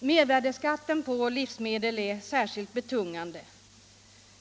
Mervärdeskatten på livsmedel är särskilt betungande.